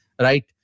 right